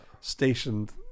stationed